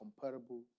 comparable